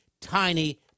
tiny